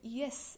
yes